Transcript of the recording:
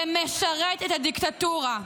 זה משרת את הדיקטטורה,